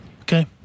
okay